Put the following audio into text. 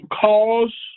Cause